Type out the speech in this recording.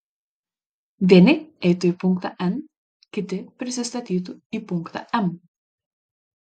vieni eitų į punktą n kiti prisistatytų į punktą m